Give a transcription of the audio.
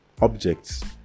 objects